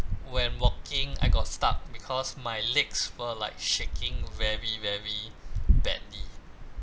when walking I got stuck because my legs were like shaking very very badly